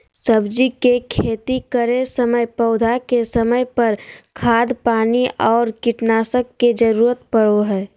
सब्जी के खेती करै समय पौधा के समय पर, खाद पानी और कीटनाशक के जरूरत परो हइ